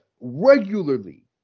regularly